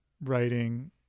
writing